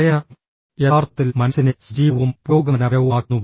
വായന യഥാർത്ഥത്തിൽ മനസ്സിനെ സജീവവും പുരോഗമനപരവുമാക്കുന്നു